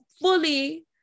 fully